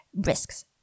risks